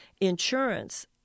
insurance